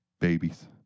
babies